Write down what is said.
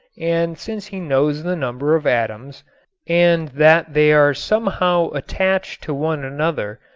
and since he knows the number of atoms and that they are somehow attached to one another,